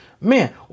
Man